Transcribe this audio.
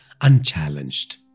unchallenged